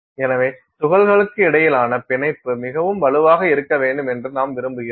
எனவே துகள்களுக்கு இடையிலான பிணைப்பு மிகவும் வலுவாக இருக்க வேண்டும் என்று நாம் விரும்புகிறோம்